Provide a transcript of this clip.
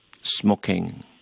smoking